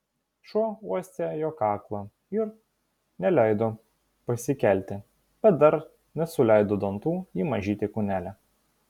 šuo uostė jo kaklą ir neleido pasikelti bet dar nesuleido dantų į mažytį kūnelį